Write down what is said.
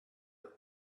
with